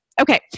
Okay